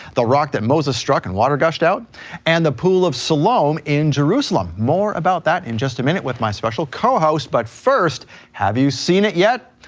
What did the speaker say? the rock that moses struck and water gushed out and the pool of salom in jerusalem. more about that in just a minute with my special cohost. but first, have you seen it yet?